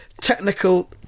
technical